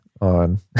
on